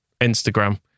Instagram